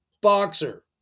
Boxer